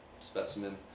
specimen